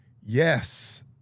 Yes